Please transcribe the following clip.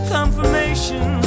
Confirmation